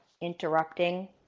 interrupting